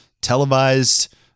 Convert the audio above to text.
televised